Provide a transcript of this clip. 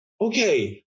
okay